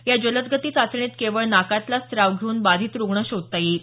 या जलदगती चाचणीत केवळ नाकातला स्त्राव घेऊन बाधित रुग्ण शोधता येईल